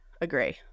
agree